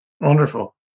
Wonderful